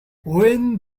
when